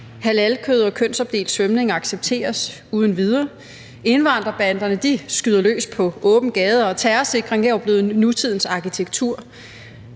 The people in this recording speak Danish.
halalkød og kønsopdelt svømning accepteres uden videre, at indvandrerbanderne skyder løs på åben gade, og at terrorsikring jo er blevet nutidens arkitektur,